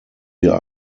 wir